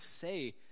say